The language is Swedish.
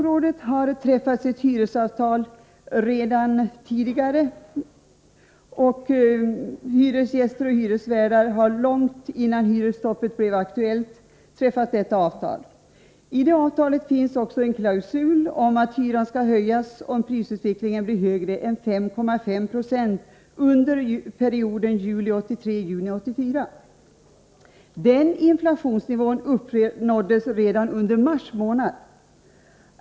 I de förhandlingar som förts mellan hyresgäster och hyresvärdar har dessa långt innan hyresstoppet blev aktuellt träffat avtal på det här området. I det avtalet finns en klausul om att hyrorna skall höjas om prisökningarna överstiger 5,5 20 under perioden juli 1983-juni 1984. Den inflationsnivån uppnåddes redan under mars månad.